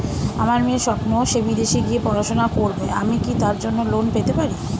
আমার মেয়ের স্বপ্ন সে বিদেশে গিয়ে পড়াশোনা করবে আমি কি তার জন্য লোন পেতে পারি?